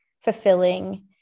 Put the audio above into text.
fulfilling